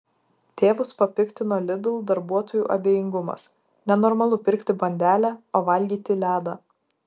tėvus papiktino lidl darbuotojų abejingumas nenormalu pirkti bandelę o valgyti ledą